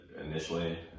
initially